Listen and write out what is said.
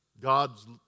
God's